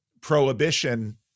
prohibition